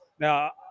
Now